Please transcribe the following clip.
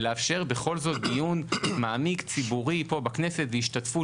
ולאפשר בכל זאת דיון מעמיק ציבורי פה בכנסת בהשתתפות